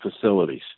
facilities